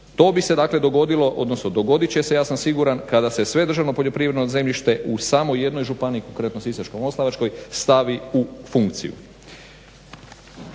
To bi se dakle dogodilo, odnosno dogodit će se ja sam siguran kada se sve državno poljoprivredno zemljište u samo jednoj županiji konkretno Sisačko-moslavačkoj stavi u funkciju.